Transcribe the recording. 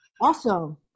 awesome